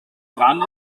dran